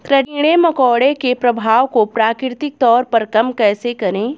कीड़े मकोड़ों के प्रभाव को प्राकृतिक तौर पर कम कैसे करें?